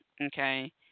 okay